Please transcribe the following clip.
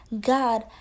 God